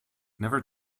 never